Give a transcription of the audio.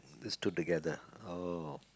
these two together oh